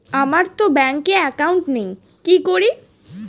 আমারতো ব্যাংকে একাউন্ট নেই কি করি?